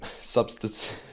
substance